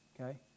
Okay